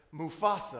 Mufasa